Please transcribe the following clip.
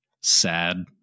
sad